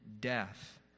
death